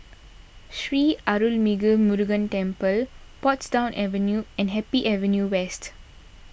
Sri Arulmigu Murugan Temple Portsdown Avenue and Happy Avenue West